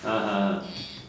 !huh! !huh! !huh!